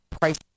price